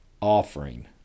offering